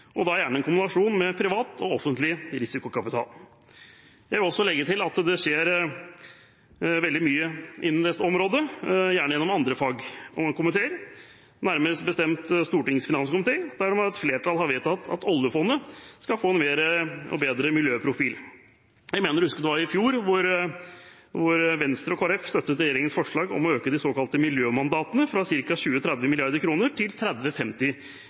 og da gjerne i en kombinasjon med privat og offentlig risikokapital. Jeg vil også legge til at det skjer veldig mye innenfor dette området gjennom andre fagkomiteer, nærmere bestemt Stortingets finanskomité, der et flertall har vedtatt at oljefondet skal få en bedre miljøprofil. Jeg mener å huske at det var i fjor at Venstre og Kristelig Folkeparti støttet regjeringens forslag om å øke de såkalte miljømandatene fra ca. 20–30 mrd. kr til